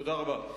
תודה רבה.